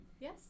Yes